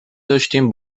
داشتیم